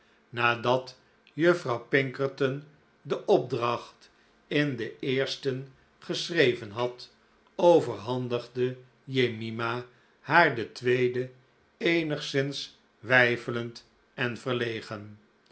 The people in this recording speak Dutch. nadat juffrouw pinkerton de opdracht in den eersten geschreven had overhandigde jemima haar den tweeden eenigszins weifelend en verlegen